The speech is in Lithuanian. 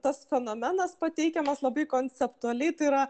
tas fenomenas pateikiamas labai konceptualiai tai yra